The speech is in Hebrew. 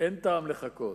שאין טעם לחכות.